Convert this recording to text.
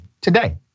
today